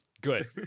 Good